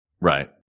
Right